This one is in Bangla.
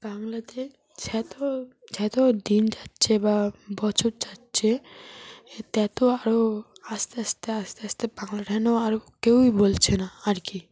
বাংলাতে যত যত দিন যাচ্ছে বা বছর যাচ্ছে তত আরও আস্তে আস্তে আস্তে আস্তে বাংলাটা যেন আরও কেউই বলছে না আর কি